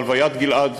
בהלוויית גיל-עד,